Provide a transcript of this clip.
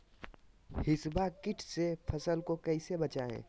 हिसबा किट से फसल को कैसे बचाए?